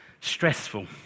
stressful